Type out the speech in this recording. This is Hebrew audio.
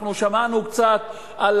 אנחנו שמענו קצת על